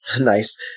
nice